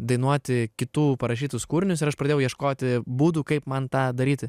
dainuoti kitų parašytus kūrinius ir aš pradėjau ieškoti būdų kaip man tą daryti